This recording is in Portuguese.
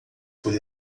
por